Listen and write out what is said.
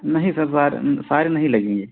नहीं सर वार फायर नहीं लगेगी